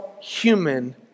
human